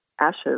ashes